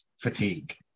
fatigue